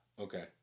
Okay